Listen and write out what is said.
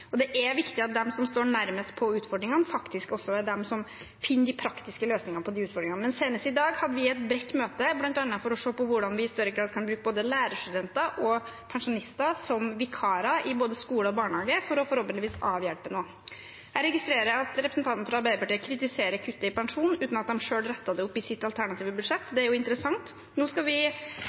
Det er viktig at de som står nærmest utfordringene, faktisk også er de som finner de praktiske løsningene på utfordringene. Senest i dag hadde vi et bredt møte, bl.a. for å se på hvordan vi i større grad kan bruke både lærerstudenter og pensjonister som vikarer i både skole og barnehage for forhåpentligvis å avhjelpe noe. Jeg registrerer at representanten fra Arbeiderpartiet kritiserer kuttet i pensjon uten at de selv retter det opp i sitt alternative budsjett. Det er interessant. Nå skal vi